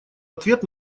ответ